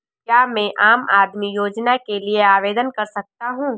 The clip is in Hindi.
क्या मैं आम आदमी योजना के लिए आवेदन कर सकता हूँ?